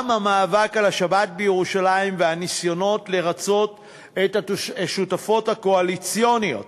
גם המאבק על השבת בירושלים והניסיונות לרצות את השותפות הקואליציוניות